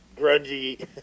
grungy